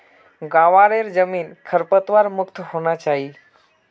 ग्वारेर जमीन खरपतवार मुक्त होना चाई